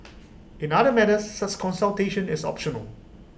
in other matters such consultation is optional